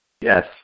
Yes